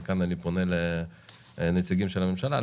וכאן אני פונה לנציגים של הממשלה,